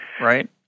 right